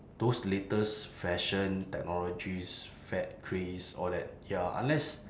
those latest fashion technologies fad craze all that ya unless